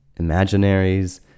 imaginaries